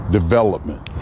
Development